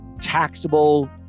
taxable